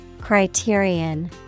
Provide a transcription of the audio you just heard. Criterion